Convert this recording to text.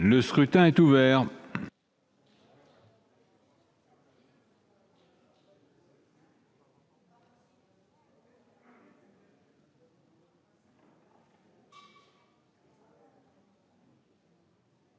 Le scrutin est ouvert.